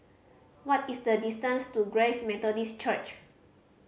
what is the distance to Grace Methodist Church